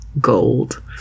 gold